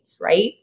right